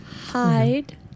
Hide